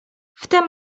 wtem